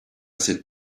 sit